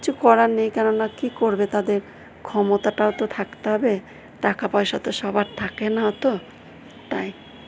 কিছু করার নেই কেননা কি করবে তাদের ক্ষমতাটাও তো থাকতে হবে টাকা পয়সা তো সবার থাকে না অত তাই